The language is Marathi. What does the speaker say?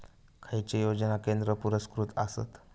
खैचे योजना केंद्र पुरस्कृत आसत?